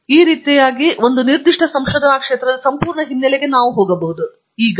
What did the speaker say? ಆದ್ದರಿಂದ ಈ ರೀತಿಯಾಗಿ ನಾವು ಒಂದು ನಿರ್ದಿಷ್ಟ ಸಂಶೋಧನಾ ಪ್ರದೇಶದ ಸಂಪೂರ್ಣ ಹಿನ್ನೆಲೆಗೆ ಹೋಗಬಹುದು ಮತ್ತು ಕಂಡುಹಿಡಿಯಬಹುದು